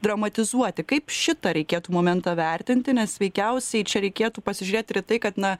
dramatizuoti kaip šitą reikėtų momentą vertinti nes veikiausiai čia reikėtų pasižiūrėti ir į tai kad na